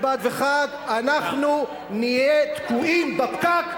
אנחנו נהיה תקועים בפקק,